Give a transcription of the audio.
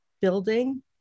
building